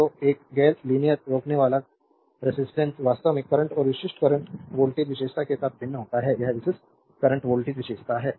तो एक गैर लीनियर रोकनेवाला का रेजिस्टेंस वास्तव में करंट और विशिष्ट करंट वोल्टेज विशेषता के साथ भिन्न होता है यह विशिष्ट करंट वोल्टेज विशेषता है